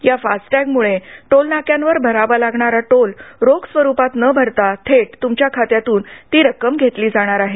या फास्टटॅगमुळे टोल नाक्यांवर भरावा लागणारा टोल रोख स्वरूपात न भरता थेट तूमच्या खात्यातून ती रक्कम घेतली जाणार आहे